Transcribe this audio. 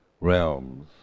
realms